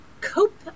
cope